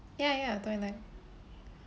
ya ya twilight